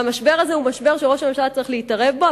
והמשבר הזה הוא משבר שראש הממשלה צריך להתערב בו,